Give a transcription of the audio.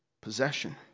possession